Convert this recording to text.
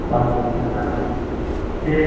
বাংলা হ্যাঁ ঠিক